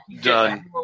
Done